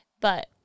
But-